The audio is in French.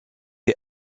est